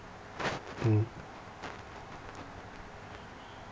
mmhmm